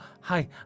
hi